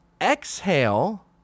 exhale